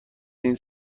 این